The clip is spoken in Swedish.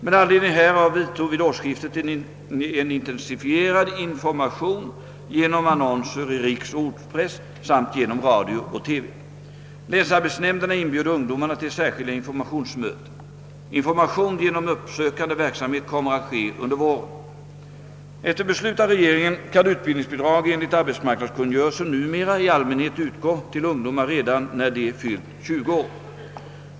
Med anledning härav vidtog vid årsskiftet en intensifierad information genom annonser i riksoch ortspress samt genom radio och TV. Länsarbetsnämnderna inbjöd ungdomarna till särskilda informationsmöten. Information genom uppsökande verksamhet kommer att ske under våren. Efter beslut av regeringen kan utbildningsbidrag enligt arbetsmarknadskungörelsen numera i allmänhet utgå till ungdomar redan när de fyllt 20 år.